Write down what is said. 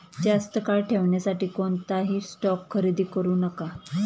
जास्त काळ ठेवण्यासाठी कोणताही स्टॉक खरेदी करू नका